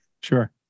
sure